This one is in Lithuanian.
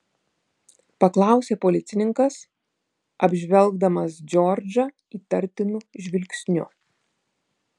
paklausė policininkas apžvelgdamas džordžą įtartinu žvilgsniu